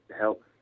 help